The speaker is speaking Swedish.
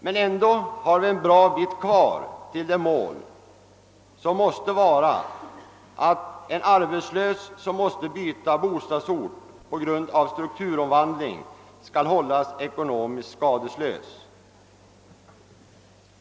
Men ändå har vi en bra bit kvar till det mål som måste vara att en arbetslös, som måste byta bostadsort på grund av strukturomvandlingen, skall hållas ekonomiskt skadeslös.